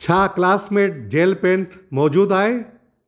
छा classmate gel pen मौज़ूदु आहे